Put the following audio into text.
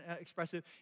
expressive